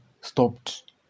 stopped